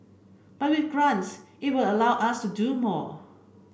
but with grants it could allow us to do more